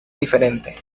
diferente